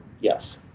Yes